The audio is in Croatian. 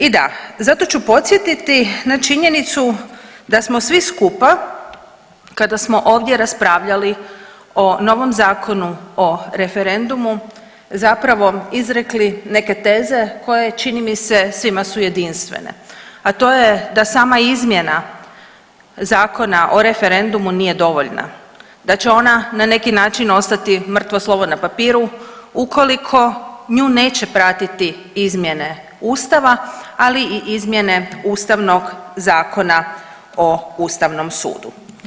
I da, zato ću podsjetiti na činjenicu da smo svi skupa kada smo ovdje raspravljali o novom Zakonu o referendumu zapravo izrekli neke teze koje čini mi se svima su jedinstvene, a to je da sama izmjena Zakona o referendumu nije dovoljna, da će ona na neki način ostati mrtvo slovo na papiru ukoliko nju neće pratiti izmjene ustava, ali i izmjene Ustavnog zakona o ustavnom sudu.